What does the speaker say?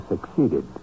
succeeded